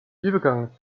übergang